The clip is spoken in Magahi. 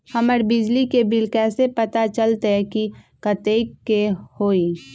हमर बिजली के बिल कैसे पता चलतै की कतेइक के होई?